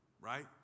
Right